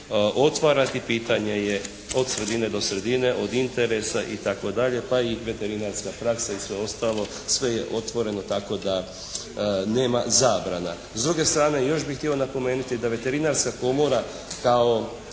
otvarati. Pitanje je od sredine do sredine, od interesa itd. pa i veterinarska praksa i sve ostalo sve je otvoreno tako da nema zabrana. S druge strane još bih htio napomenuti da Veterinarska komora kao